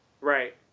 right